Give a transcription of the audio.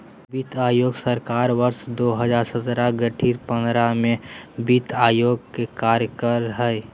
वित्त योजना सरकार वर्ष दो हजार सत्रह गठित पंद्रह में वित्त आयोग के कार्यकाल हइ